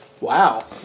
Wow